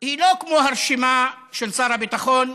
היא לא כמו הרשימה של שר הביטחון,